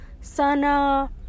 Sana